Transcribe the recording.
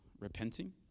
repenting